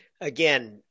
Again